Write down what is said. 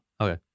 Okay